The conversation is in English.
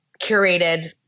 curated